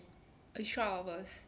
it's twelve hours